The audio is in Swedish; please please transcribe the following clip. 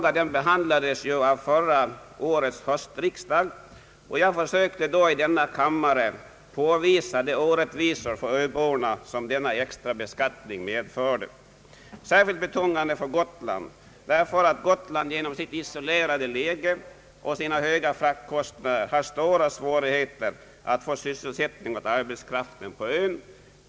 Den frågan behandlades av förra årets höstriksdag, och jag försökte då i denna kammare påvisa de orättvisor som denna extra beskattning medför för öborna. Särskilt betungande är den för Gotland, eftersom denna ö på grund av sitt isolerade läge och därav följande höga fraktkostnader har stora svårigheter att finna sysselsättning för arbetskraften på ön.